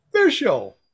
official